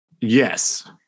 Yes